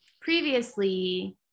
previously